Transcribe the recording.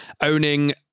owning